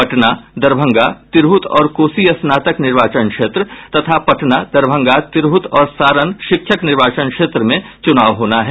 पटना दरभंगा तिरहुत और कोसी स्नातक निर्वाचन क्षेत्र तथा पटना दरभंगा तिरहुत और सारण शिक्षक निर्वाचन क्षेत्र में चूनाव होना है